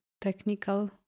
technical